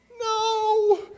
no